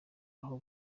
aho